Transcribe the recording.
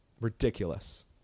Ridiculous